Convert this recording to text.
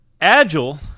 Agile